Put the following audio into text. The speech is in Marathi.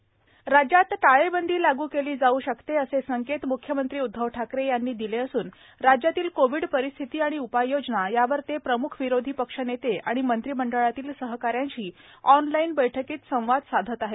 टाळेबंदी राज्यविदर्भ राज्यात टाळेबंदी लागू केली जाऊ शकते असे संकेत मुख्यमंत्री उद्दव ठाकरे यांनी दिले असून राज्यातील कोविड परिस्थिती आणि उपाययोजना यावर ते प्रमुख विरोधी पक्ष नेते आणि मंत्रिमंडळातील सहकाऱ्यांशी ऑनलाईन बैठकीत संवाद साधत आहेत